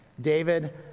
David